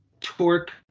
Torque